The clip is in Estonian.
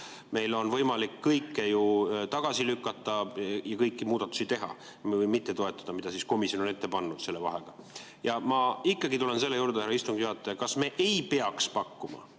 meil on võimalik kõike ju tagasi lükata ja kõiki muudatusi teha või mitte toetada, mida komisjon on ette pannud, selle vahega. Ja ma tulen ikkagi selle juurde [tagasi]. Härra istungi juhataja, kas me ei peaks pakkuma